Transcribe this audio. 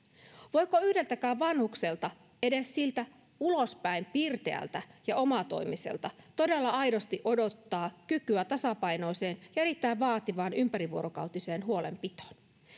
voiko yhdeltäkään vanhukselta edes siltä ulospäin pirteältä ja omatoimiselta todella aidosti odottaa kykyä tasapainoiseen ja erittäin vaativaan ympärivuorokautiseen huolenpitoon